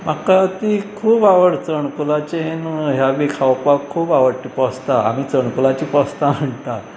म्हाका ती खूब आवड चणकुलाचे न्हय ह्या बी खावपाक खूब आवडटा पोस्तां आमी चणकुलाचीं पोस्तां म्हणटा